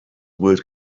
word